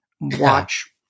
watch